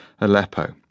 Aleppo